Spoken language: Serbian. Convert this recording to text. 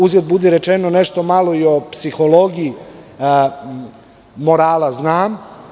Uzgred budi rečeno nešto malo i o psihologiji morala znam.